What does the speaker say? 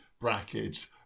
brackets